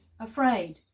afraid